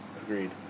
Agreed